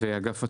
ואגף התנועה.